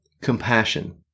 compassion